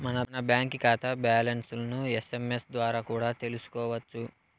మన బాంకీ కాతా బ్యాలన్స్లను ఎస్.ఎమ్.ఎస్ ద్వారా కూడా తెల్సుకోవచ్చు